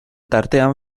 tartean